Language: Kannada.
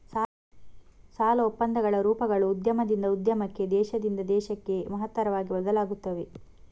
ಸಾಲ ಒಪ್ಪಂದಗಳ ರೂಪಗಳು ಉದ್ಯಮದಿಂದ ಉದ್ಯಮಕ್ಕೆ, ದೇಶದಿಂದ ದೇಶಕ್ಕೆ ಮಹತ್ತರವಾಗಿ ಬದಲಾಗುತ್ತವೆ